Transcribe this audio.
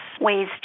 ways